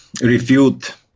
refute